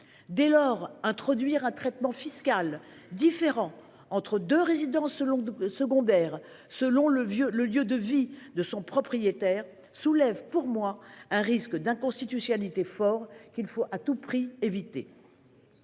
Dès lors, introduire un traitement fiscal différent entre deux résidences secondaires, selon le lieu de vie de son propriétaire, soulève, selon moi, un risque d'inconstitutionnalité fort, qu'il faut à tout prix éviter.